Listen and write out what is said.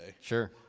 Sure